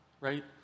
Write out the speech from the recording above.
right